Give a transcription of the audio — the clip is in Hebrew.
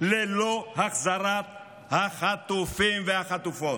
ללא החזרת החטופים והחטופות.